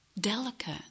delicate